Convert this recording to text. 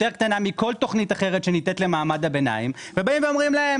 יותר קטנה מכל תוכנית אחרת שניתנת למעמד הביניים ובאים ואומרים להם,